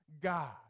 God